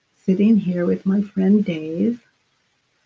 sitting here with my friend, dave,